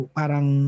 parang